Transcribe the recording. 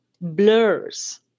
blurs